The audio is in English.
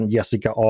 Jessica